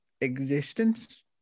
existence